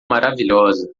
maravilhosa